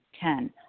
Ten